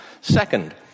Second